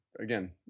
again